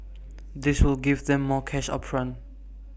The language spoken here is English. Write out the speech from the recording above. this will give them more cash up front